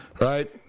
right